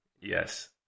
yes